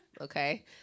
okay